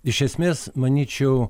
iš esmės manyčiau